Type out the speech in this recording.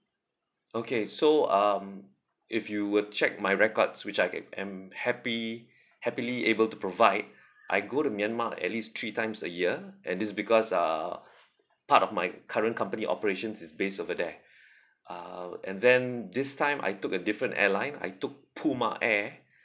okay so um if you were check my records which I am happy happily able to provide I go to myanmar at least three times a year and this is because uh part of my current company operations is based over there uh and then this time I took a different airline I took puma air